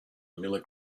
miller